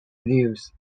reviews